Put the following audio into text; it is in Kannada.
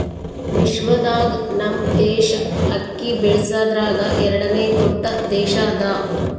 ವಿಶ್ವದಾಗ್ ನಮ್ ದೇಶ ಅಕ್ಕಿ ಬೆಳಸದ್ರಾಗ್ ಎರಡನೇ ದೊಡ್ಡ ದೇಶ ಅದಾ